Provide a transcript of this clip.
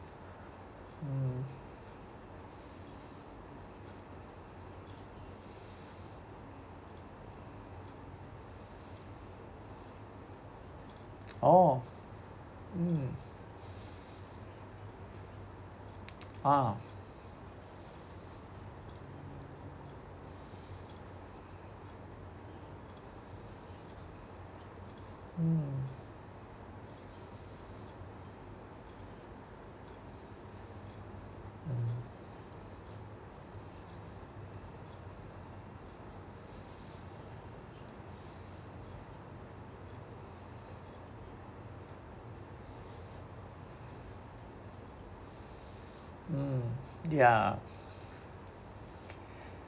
mm oh mm ah mm mm mm ya